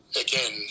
again